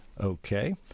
Okay